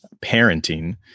Parenting